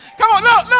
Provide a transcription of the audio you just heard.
come on ah